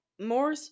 more